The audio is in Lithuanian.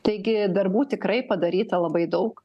taigi darbų tikrai padaryta labai daug